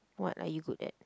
what are you good at